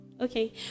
Okay